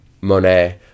Monet